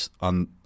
on